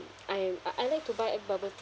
I I like to buy at bubble